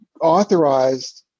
authorized